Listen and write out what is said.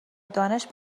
دانش